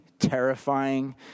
terrifying